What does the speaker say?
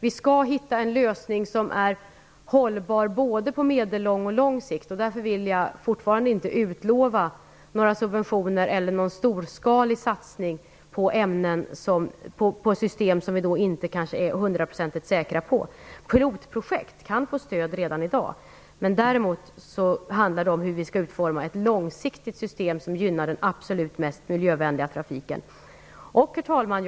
Vi skall hitta en lösning som är hållbar på både medellång och lång sikt. Därför vill jag fortfarande inte utlova några subventioner eller någon storskalig satsning på system som vi inte är hundraprocentigt säkra på. Pilotprojekt kan få stöd redan i dag. Däremot handlar det nu om att utforma ett långsiktigt system som gynnar den absolut mest miljövänliga trafiken. Herr talman!